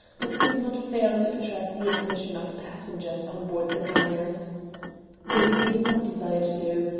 but could not fail to attract the attention of passengers on board the ganges. this he did not desire to do.